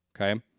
Okay